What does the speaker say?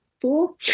four